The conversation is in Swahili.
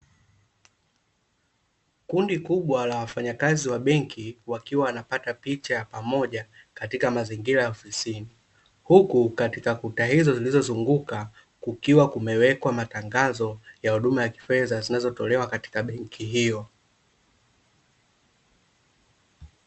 Kundi kubwa la wafanyakazi wa benki wakiwa wanapata picha ya pamoja katika mazingira ya ofisini, huku katika kuta hizo zilizozunguka kukiwa kumewekwa matangazo ya huduma ya kifedha zinazotekewa katika benki hiyo